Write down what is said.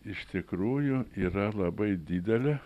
iš tikrųjų yra labai didelė